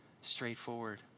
straightforward